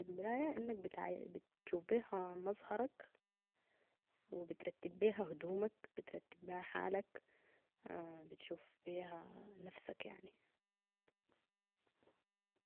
المراية انك- بتشوف بيها مظهرك وبترتب بيها هدومك بترتب بيها حالك بتشوف بيها نفسك يعني